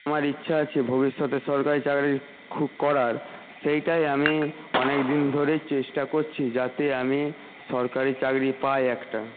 আমার ইচ্ছা আছে ভবিষ্যতে সরকারি চাকরির খুব করার সেইটাই আমি অনেকদিন ধরে চেষ্টা করছি যাতে আমি সরকারি চাকরি পাই একটা